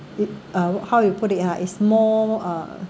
it uh how you put ah it's more uh